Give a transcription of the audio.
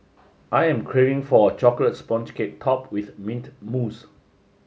I am craving for a chocolate sponge cake top with mint mousse